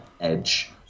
edge